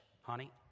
Honey